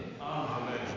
Amen